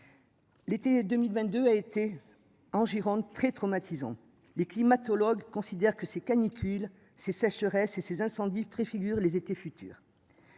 L'été 2022 a été en Gironde très traumatisant. Les climatologues considère que ces canicules ces sécheresses et ces incendies préfigure les étés futurs.